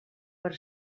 per